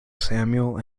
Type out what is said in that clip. samuel